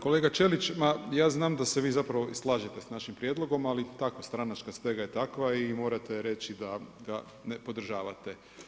Kolega Ćelić, ma ja znam da se vi zapravo i slažete sa našim prijedlogom ali takva je stranačka stega je takva i morate reći da ga ne podržavate.